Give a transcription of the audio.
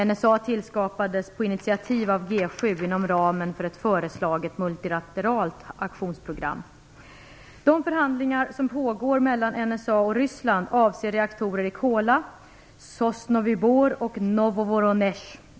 NSA tillskapades på initiativ av G 7 inom ramen för ett föreslaget multilateralt aktionsprogram. De förhandlingar som pågår mellan NSA och Novovoronesh.